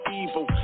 evil